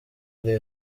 day